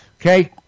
Okay